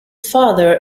father